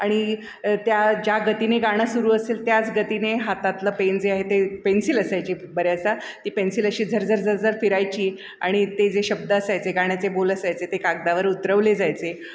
आणि त्या ज्या गतीने गाणं सुरू असेल त्याच गतीने हातातलं पेन जे आहे ते पेन्सिल असायची बऱ्याचदा ती पेन्सिल अशी झरझर झरझर फिरायची आणि ते जे शब्द असायचे गाण्याचे बोल असायचे ते कागदावर उतरवले जायचे